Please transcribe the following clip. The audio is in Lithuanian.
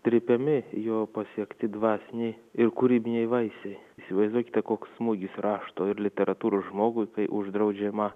trypiami jo pasiekti dvasiniai ir kūrybiniai vaisiai įsivaizduokite koks smūgis rašto ir literatūros žmogui kai uždraudžiama